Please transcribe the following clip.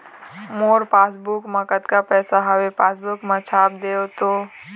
मोर passbook मा कतका पैसा हवे पासबुक मा छाप देव तो?